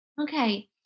Okay